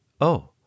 Oh